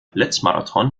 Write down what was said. blitzmarathon